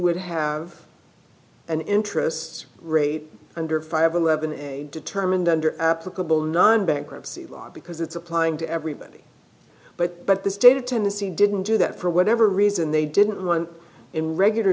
would have an interest rate under five eleven and determined under applicable non bankruptcy law because it's applying to everybody but but the state of tennessee didn't do that for whatever reason they didn't want in regular